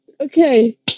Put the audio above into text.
Okay